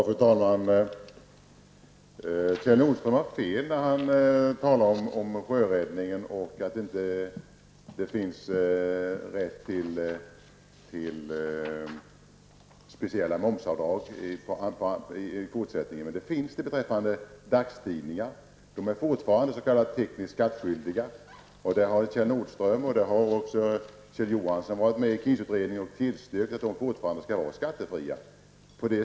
Fru talman! Kjell Nordström har fel när han talar om Sjöräddningssällskapet och säger att det inte skulle finnas möjlighet att i fortsättningen göra undantag. Den möjligheten finns för dagstidningar, som fortfarande är s.k. tekniskt skattskyldiga. Både Kjell Nordström och Kjell Johansson har i krisutredningen tillstyrkt att dagstidningarna fortfarande skall vara skattebefriade.